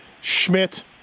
Schmidt